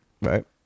right